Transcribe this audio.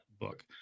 book